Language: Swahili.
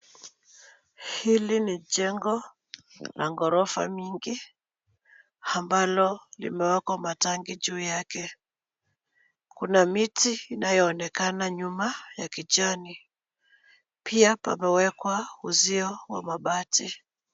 Hili ni jengo la ghorofa mingi, ambalo limewekwa matanki juu yake. Kuna miti inayoonekana nyuma ya kijani pia pamewekwa uzio wa mabati.